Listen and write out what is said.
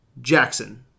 Jackson